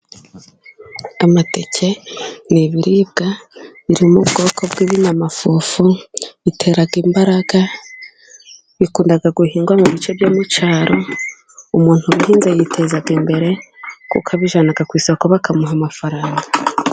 Amateke ni ibiribwa biri mu bwoko bw'ibinyamafufu， bitera imbaraga， bikunda guhingwa mu bice byo mu cyaro， umuntu ubihinze yiteza imbere， kuko abijyana ku isoko，bakamuha amafaranga.